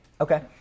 Okay